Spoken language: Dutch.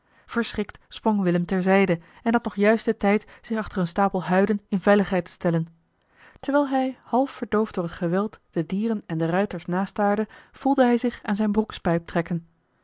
verschrikt sprong willem ter zijde en had nog juist den tijd zich achter een stapel huiden in veiligheid te stellen terwijl hij half verdoofd door het geweld de dieren en ruiters nastaarde voelde hij zich aan zijne broekspijp trekken